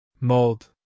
Mold